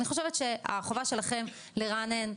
אני חושבת שהחובה שלכם לרענן,